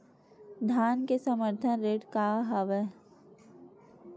धान के समर्थन रेट का हवाय?